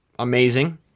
amazing